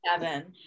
seven